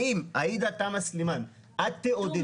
האם עאידה תומא סלימאן, את תעודדי